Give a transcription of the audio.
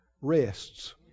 rests